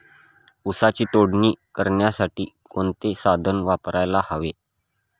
ऊसाची तोडणी करण्यासाठी कोणते साधन वापरायला हवे?